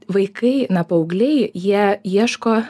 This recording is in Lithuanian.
vaikai na paaugliai jie ieško